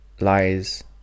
lies